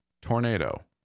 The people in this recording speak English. Tornado